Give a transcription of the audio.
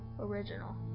original